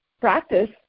practice